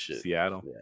Seattle